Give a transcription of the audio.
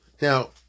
Now